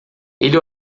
ele